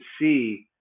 see